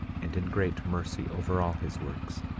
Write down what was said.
and in great mercy, over all his works.